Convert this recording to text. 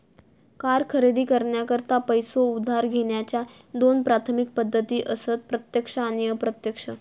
car खरेदी करण्याकरता पैसो उधार घेण्याच्या दोन प्राथमिक पद्धती असत प्रत्यक्ष आणि अप्रत्यक्ष